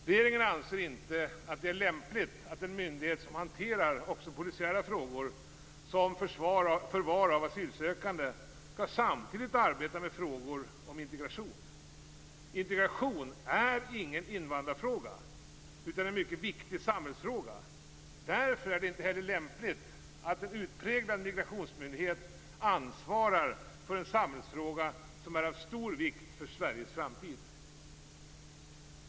Regeringen anser inte att det är lämpligt att en myndighet som hanterar polisiära frågor, som förvar av asylsökande, samtidigt skall arbeta med frågor om integration. Integration är ingen invandrarfråga utan en mycket viktig samhällsfråga. Därför är det inte lämpligt att en utpräglad migrationsmyndighet ansvarar för en samhällsfråga som är av stor vikt för Sveriges framtid.